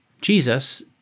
Jesus